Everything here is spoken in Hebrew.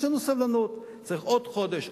יש לנו סבלנות: צריך עוד חודש,